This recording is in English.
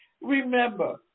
Remember